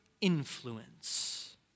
influence